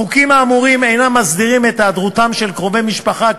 החוקים האמורים אינם מסדירים את היעדרותם של קרובי משפחה,